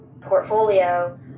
portfolio